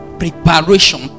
preparation